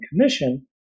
commission